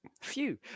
Phew